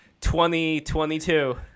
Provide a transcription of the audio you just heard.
2022